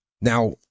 Now